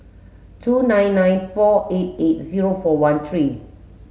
two nine nine four eight eight zero four one three